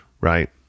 right